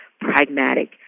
pragmatic